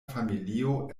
familio